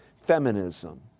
Feminism